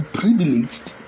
privileged